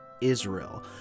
Israel